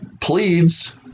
pleads